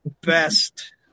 best